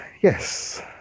Yes